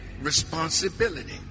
responsibility